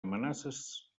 amenaces